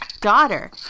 daughter